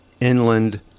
inland